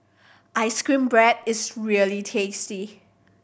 ice cream bread is really tasty